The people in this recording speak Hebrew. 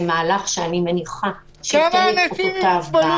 אני מניחה שגם המהלך זה ייתן את אותותיו.